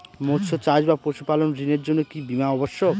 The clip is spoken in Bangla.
মৎস্য চাষ বা পশুপালন ঋণের জন্য কি বীমা অবশ্যক?